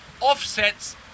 Offsets